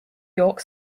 york